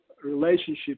Relationship